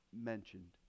mentioned